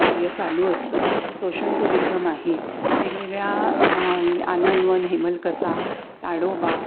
कार्य चालू असतं सोशल टुरिजम आहे वेगवेगळ्या आनंदवन हेमलकसा ताडोबा